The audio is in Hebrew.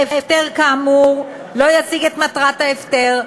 ההפטר כאמור לא ישיג את מטרת ההפטר,